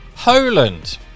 Poland